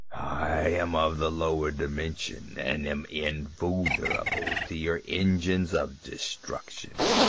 i am of the lower dimension and am invulnerable to your engines of destruction.